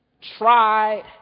tried